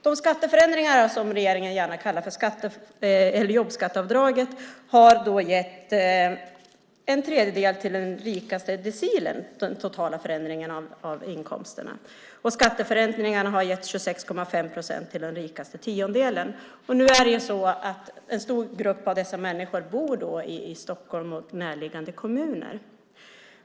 De skatteförändringar som regeringen gärna kallar jobbskatteavdraget har gett en tredjedel till den rikaste decilen av den totala förändringen av inkomsterna. Skatteförändringarna har gett 26,5 procent till den rikaste tiondelen. Nu är det så att en stor grupp av dessa människor bor i Stockholm och närliggande kommuner.